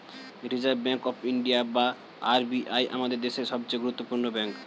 reserve bank of India বা RBI আমাদের দেশের সবচেয়ে গুরুত্বপূর্ণ ব্যাঙ্ক